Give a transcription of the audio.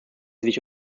sich